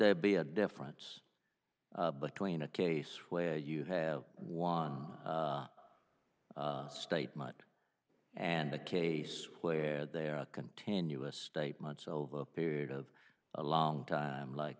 there be a difference between a case where you have one statement and a case where there are a continuous state months over a period of a long time like